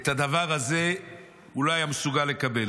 את הדבר הזה הוא לא היה מסוגל לקבל.